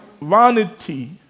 Vanity